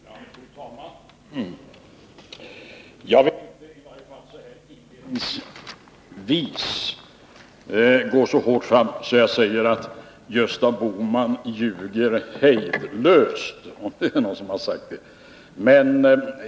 Fru talman! Jag vill inte, i varje fall så här inledningsvis, gå så hårt fram att jag säger att Gösta Bohman ljuger hejdlöst — om det är någon som har påstått det.